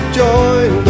join